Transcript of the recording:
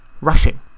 rushing